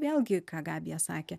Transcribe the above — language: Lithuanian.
vėlgi ką gabija sakė